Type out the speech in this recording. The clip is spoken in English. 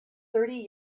thirty